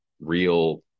real